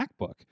MacBook